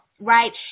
right